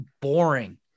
boring